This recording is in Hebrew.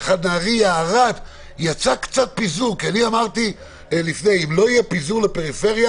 כי אין אצלם חנויות רחוב.